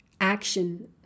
action